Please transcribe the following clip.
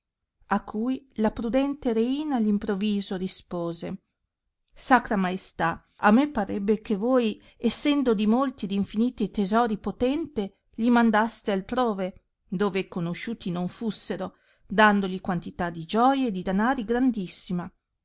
a cui la prudente reina all improviso rispose sacra maestà a me parrebbe che voi essendo di molti ed infiniti tesori potente li mandaste altrove dove conosciuti non fussero dandogli quantità di gioie e di danari grandissima